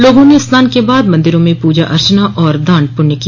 लोगों ने स्नान के बाद मन्दिरों में पूजा अर्चना और दान पुण्य किया